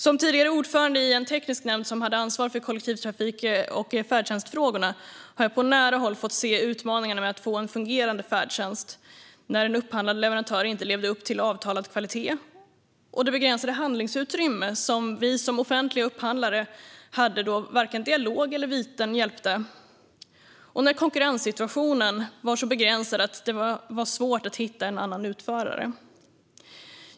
Som tidigare ordförande i en teknisk nämnd som hade ansvar för kollektivtrafik och färdtjänstfrågorna har jag på nära håll fått se utmaningarna med att få en fungerande färdtjänst när en upphandlad leverantör inte levde upp till avtalad kvalitet. Vi som offentliga upphandlare hade då ett begränsat handlingsutrymme då varken dialog eller viten hjälpte. Konkurrenssituationen var också så begränsad att det var svårt att hitta en annan utförare.